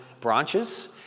branches